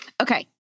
Okay